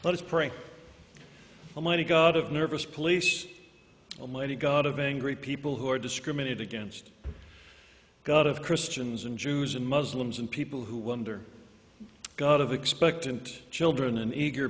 almighty god of nervous police almighty god of angry people who are discriminated against got of christians and jews and muslims and people who wonder god of expectant children and eager